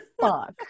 fuck